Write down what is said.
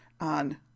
on